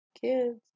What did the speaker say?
kids